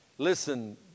Listen